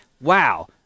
Wow